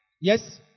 Yes